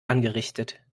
angerichtet